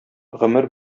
гомер